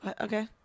Okay